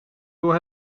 door